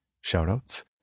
shout-outs